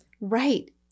right